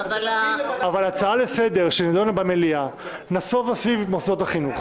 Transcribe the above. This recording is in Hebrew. אבל ההצעה היא על מוסדות חינוך.